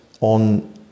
on